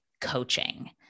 coaching